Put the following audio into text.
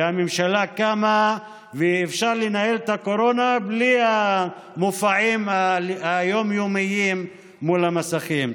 הממשלה קמה ואפשר לנהל את הקורונה בלי המופעים היום-יומיים מול המסכים.